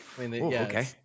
okay